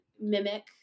mimic